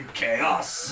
chaos